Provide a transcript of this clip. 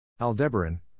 Aldebaran